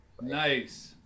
nice